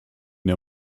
der